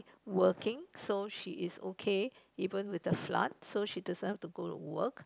working so she is okay even with the flood so she doesn't have to go to work